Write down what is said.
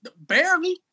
Barely